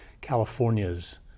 California's